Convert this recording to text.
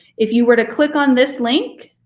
if you were to click on this link,